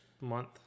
month